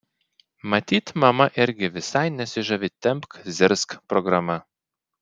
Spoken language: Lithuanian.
matyt mama irgi visai nesižavi tempk zirzk programa